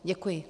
Děkuji.